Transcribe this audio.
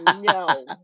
no